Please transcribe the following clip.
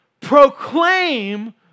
proclaim